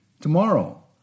Tomorrow